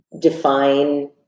define